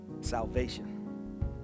Salvation